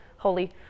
Holy